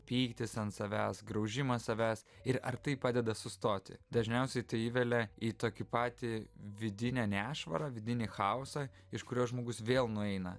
pyktis ant savęs graužimas savęs ir ar tai padeda sustoti dažniausiai tai įvelia į tokį patį vidinį nešvarą vidinį chaosą iš kurio žmogus vėl nueina